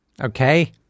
Okay